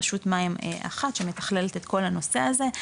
רשות מים אחת שמתכללת את כל הנושא הזה.